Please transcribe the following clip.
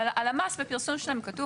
הלמ"ס בפרסום שלהם כתוב,